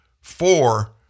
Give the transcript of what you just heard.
four